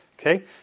Okay